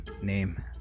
name